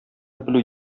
белү